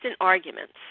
arguments